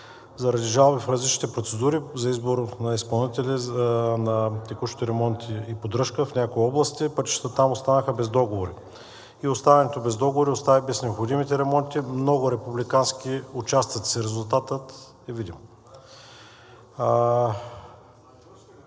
Заради жалби в различните процедури за избор на изпълнители на текущи ремонти и поддръжка в някои области пътищата там останаха без договори и оставането без договори остави без необходимите ремонти много републикански участъци. Резултатът е видим.